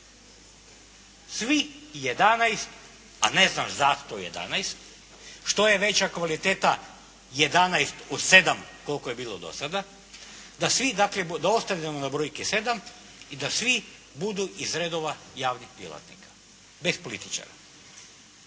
Svih 11, a ne znam zašto 11. Što je veća kvaliteta 11 od 7, koliko je bilo do sada, da svi dakle, da ostanemo na brojki 7 i da svi budu iz redova javnih djelatnika, bez političara.